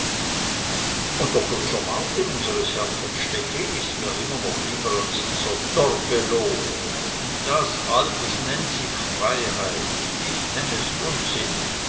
und der kutscher martin unsers herrn von stechlin ist mir immer noch lieber als dieser torgelow und all das nennt sich freiheit ich nenn es unsinn